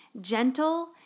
gentle